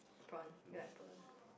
prawn you like prawn